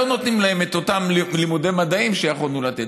לא נותנים להם את אותם לימודי מדעים שיכולנו לתת.